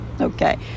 Okay